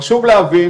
חשוב להבין